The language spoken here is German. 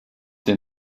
den